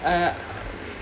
ah